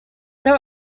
there